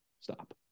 Stop